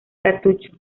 cartucho